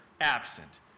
absent